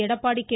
Edappadi K